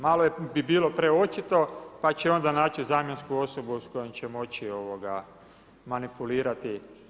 Malo bi bilo preočitao pa će onda naći zamjensku osobu s kojom će moći manipulirati.